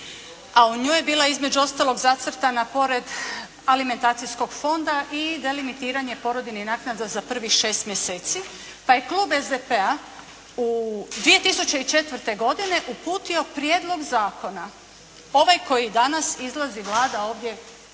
a o njoj je bila između ostalog zacrtana pored alimentacijskog fonda i delimitiranje poridiljnih naknada za prvih 6 mjeseci, pa je klub SDP-a u 2004. godine uputio Prijedlog zakona, ovaj koji danas izlazi Vlada ovdje